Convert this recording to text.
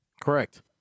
correct